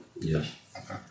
Yes